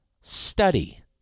study